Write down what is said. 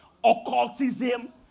occultism